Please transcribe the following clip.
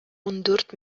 ундүрт